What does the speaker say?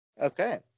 Okay